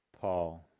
Paul